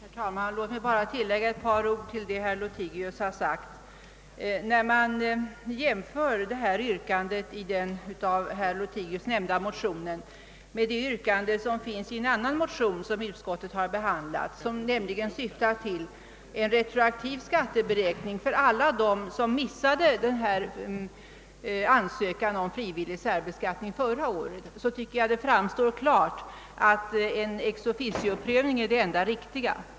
Herr talman! Låt mig bara tillägga ett par ord till vad herr Lothigius yttrade. När man jämför yrkandet i den av herr Lothigius nämnda motionen med yrkandet i en annan motion, som be handlats i utskottet och som syftar till en retroaktiv skatteberäkning för alla dem som missade ansökan om frivillig särbeskattning förra året, tycker jag att det framstår klart att en ex officio-prövning är det enda riktiga.